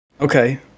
Okay